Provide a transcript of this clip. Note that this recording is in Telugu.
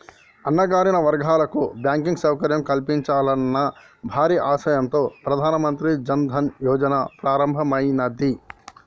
అణగారిన వర్గాలకు బ్యాంకింగ్ సౌకర్యం కల్పించాలన్న భారీ ఆశయంతో ప్రధాన మంత్రి జన్ ధన్ యోజన ప్రారంభమైనాది